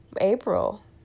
April